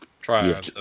Try